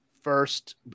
first